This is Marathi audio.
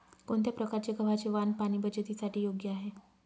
कोणत्या प्रकारचे गव्हाचे वाण पाणी बचतीसाठी योग्य आहे?